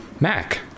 Mac